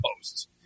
posts